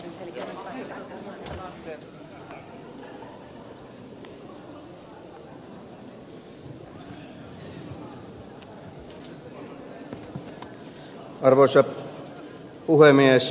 arvoisa puhemies